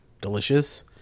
delicious